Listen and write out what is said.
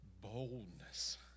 boldness